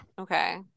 okay